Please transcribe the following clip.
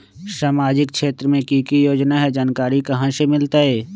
सामाजिक क्षेत्र मे कि की योजना है जानकारी कहाँ से मिलतै?